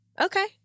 Okay